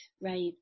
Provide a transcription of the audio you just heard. Right